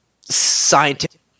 scientific